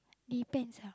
depends ah